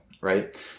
right